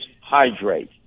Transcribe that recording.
hydrate